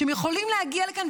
שהם יכולים להגיע לכאן,